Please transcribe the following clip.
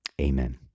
Amen